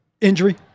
injury